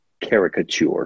caricature